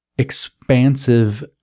expansive